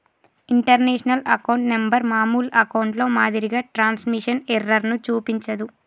international account number మామూలు అకౌంట్లో మాదిరిగా ట్రాన్స్మిషన్ ఎర్రర్ ను చూపించదు